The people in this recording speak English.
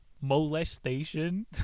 molestation